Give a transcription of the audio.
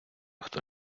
хто